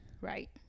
Right